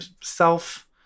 self –